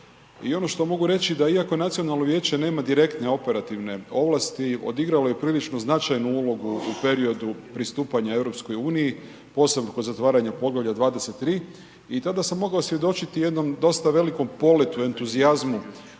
I ono što mogu reći da iako Nacionalno vijeće nema direktne operativne ovlasti odigralo je prilično značajnu ulogu u periodu pristupanja EU, posebno kod zatvaranja poglavlja 23 i tada sam mogao svjedočiti jednom dosta velikom poletu, entuzijazmu